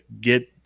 get